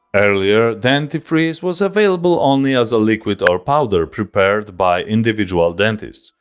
earlier, dentifrice was available only as liquid or powder, prepared by individual dentists.